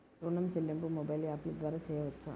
ఋణం చెల్లింపు మొబైల్ యాప్ల ద్వార చేయవచ్చా?